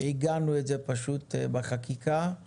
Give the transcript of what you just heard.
עיגנו את זה בחקיקה כי